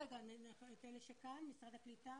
נתחיל עם אלה שכאן, משרד הקליטה,